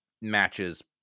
matches